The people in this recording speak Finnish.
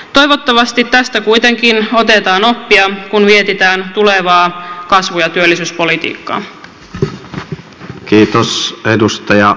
toivottavasti tästä kuitenkin otetaan oppia kun mietitään tulevaa kasvu ja työllisyyspolitiikkaa